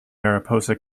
mariposa